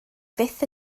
fyth